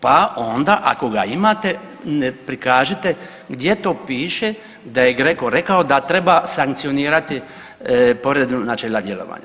Pa onda ako ga imate prikažite gdje to piše da je GRECO rekao da treba sankcionirati povredu načela djelovanja.